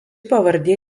pavardė